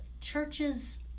churches